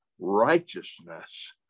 righteousness